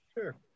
Sure